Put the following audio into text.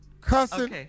cussing